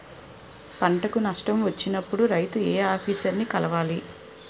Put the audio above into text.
పంటకు నష్టం వచ్చినప్పుడు రైతు ఏ ఆఫీసర్ ని కలవాలి?